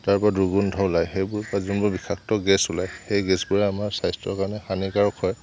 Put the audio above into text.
তাৰ পৰা দুৰ্গন্ধ ওলাই সেইবোৰ পৰা যোনবোৰ বিষাক্ত গেছ ওলাই সেই গেছবোৰে আমাৰ স্বাস্থ্যৰ কাৰণে হানিকাৰক হয়